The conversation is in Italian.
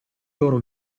loro